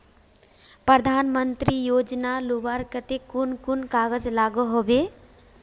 प्रधानमंत्री योजना लुबार केते कुन कुन कागज लागोहो होबे?